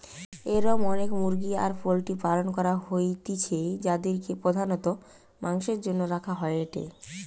এরম অনেক মুরগি আর পোল্ট্রির পালন করা হইতিছে যাদিরকে প্রধানত মাংসের জন্য রাখা হয়েটে